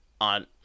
on